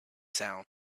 sound